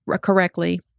correctly